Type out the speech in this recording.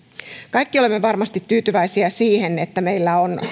kaikki olemme varmasti tyytyväisiä siihen että meillä on